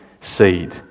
seed